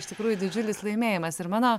iš tikrųjų didžiulis laimėjimas ir mano